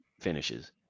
finishes